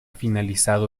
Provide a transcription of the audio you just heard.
finalizado